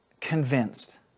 convinced